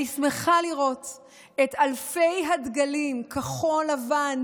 אני שמחה לראות את אלפי הדגלים כחול-לבן,